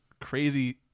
crazy